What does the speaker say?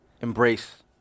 embrace